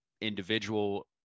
individual